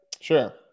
Sure